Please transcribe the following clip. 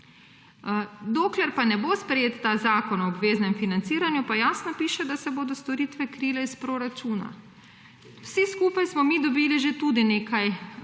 Dokler pa ne bo sprejet ta zakon o obveznem financiranju, pa jasno piše, da se bodo storitve krile iz proračuna. Vsi skupaj smo dobili že tudi nekaj